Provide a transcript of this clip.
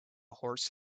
horse